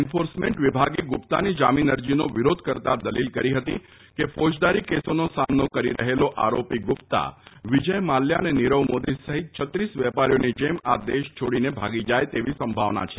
enforcement વિભાગે ગુપ્તાની જામીન અરજીનો વિરોધ કરતાં દલીલ કરી હતી કે ફોજદારી કેસોનો સામનો કરી રહેલો આરોપી ગુપ્તા વિજય માલ્યા અને નીરવ મોદી સહિત ઉદ વેપારીઓની જેમ આ દેશ છોડીને ભાગી જાય તેવી સંભાવના છે